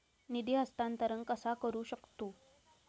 निधी हस्तांतर कसा करू शकतू?